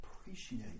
appreciate